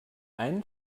einen